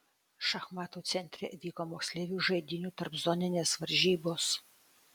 šachmatų centre vyko moksleivių žaidynių tarpzoninės varžybos